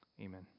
amen